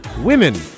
women